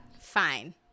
Fine